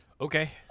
Okay